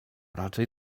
raczej